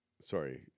Sorry